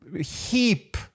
heap